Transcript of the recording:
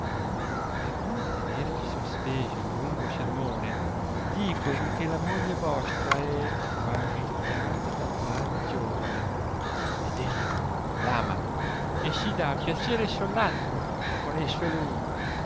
e per non tenervi sospeso in lungo sermone dicovi che la moglie vostra è vagheggiata dal tal giovane ed ella l ama e si dà piacere e solazzo con esso lui